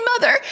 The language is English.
mother